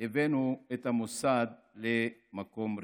הבאנו את המוסד למקום ראשון.